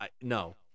No